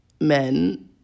men